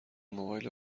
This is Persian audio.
موبایل